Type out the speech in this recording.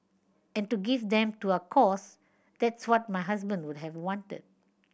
and to give them to a cause that's what my husband would have wanted